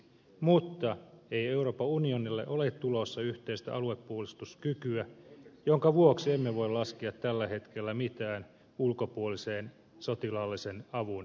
mutta ei euroopan unionille ole tulossa yhteistä aluepuolustuskykyä minkä vuoksi emme voi laskea tällä hetkellä mitään ulkopuolisen sotilaallisen avun varaan